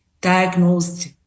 diagnosed